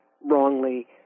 wrongly